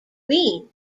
green